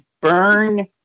Burn